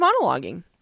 monologuing